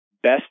best